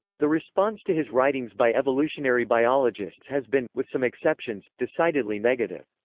the response to his writings by evolutionary biologists has been, with some exceptions, decidedly negative.